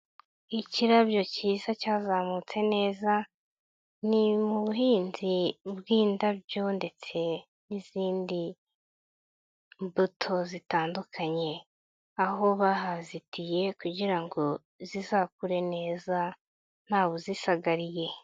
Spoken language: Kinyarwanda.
Ikirabyo cyiza cyazamutse neza ni ubuhinzi bw'indabyo ndetse n'izindi mbuto zitandukanye, aho bahazitiye kugira ngo zizakure neza ntawuzisagariye.